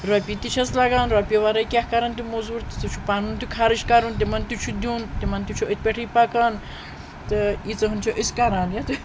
رۄپیہِ تہِ چھیٚس لَگان رۄپیو وَرٲے کیٛاہ کَریٚن تِم مُزوٗر چھُ پَنُن تہِ خرٕچ کَرُن تِمَن تہِ چھُ دیٛن تِمَن تہِ چھُ أتھۍ پٮ۪ٹھٕے پَکان تہٕ ییٖژا ہان چھِ أسۍ کَران یتھ